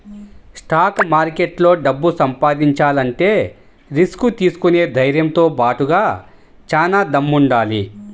stock మార్కెట్లో డబ్బు సంపాదించాలంటే రిస్క్ తీసుకునే ధైర్నంతో బాటుగా చానా దమ్ముండాలి